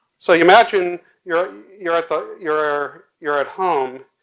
so you imagine you're, you're at the, you're you're at home,